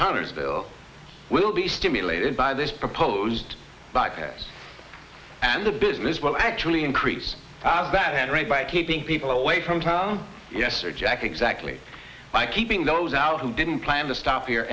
connersville will be stimulated by this proposed bypass and the business will actually increase that and rate by keeping people away from town yes or jack exactly by keeping those out who didn't plan the stop here